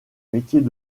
métiers